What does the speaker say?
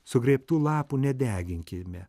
sugrėbtų lapų nedeginkime